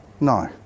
No